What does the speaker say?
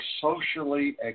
socially